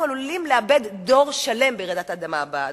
אנחנו עלולים לאבד דור שלם ברעידת האדמה הבאה.